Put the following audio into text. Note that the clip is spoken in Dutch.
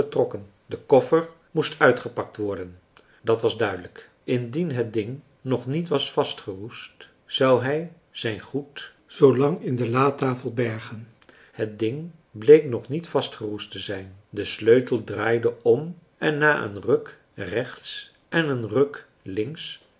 de koffer moest uitgepakt worden dat was duidelijk indien het ding nog niet was vast geroest zou hij zijn goed zoolang in de latafel bergen het ding bleek nog niet vastgeroest te zijn de sleutel draaide om en na een ruk rechts en een ruk links